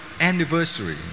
anniversary